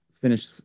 finish